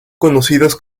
conocidas